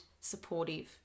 supportive